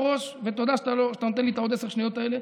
ותודה שאני נותן לי את עשר השניות האלה,